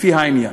לפי העניין.